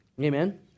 Amen